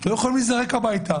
הם לא יכולים להיזרק הביתה